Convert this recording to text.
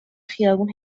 خیابون